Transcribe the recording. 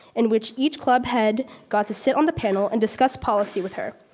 in which each club had got to sit on the panel and discuss policy with her.